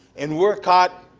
and we're caught